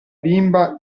bimba